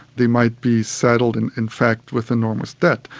they might be saddled in in fact with enormous debt.